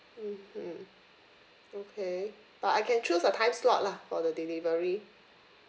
mmhmm okay but I can choose a time slot lah for the delivery